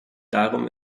darum